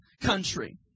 country